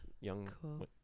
young